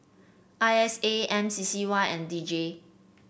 I S A M C C Y and D J